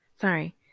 sorry